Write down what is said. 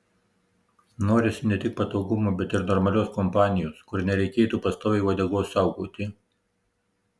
norisi ne tik patogumų bet ir normalios kompanijos kur nereikėtų pastoviai uodegos saugoti